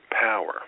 power